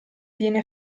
viene